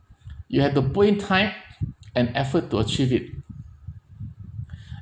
you have to put in time and effort to achieve it